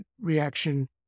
reaction